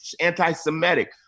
anti-Semitic